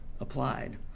applied